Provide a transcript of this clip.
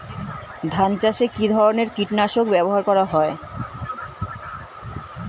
ধান চাষে কী ধরনের কীট নাশক ব্যাবহার করা হয়?